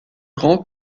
grand